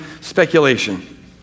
speculation